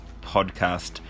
podcast